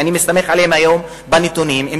ואני מסתמך היום על הנתונים שלהם,